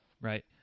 Right